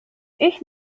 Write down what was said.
ich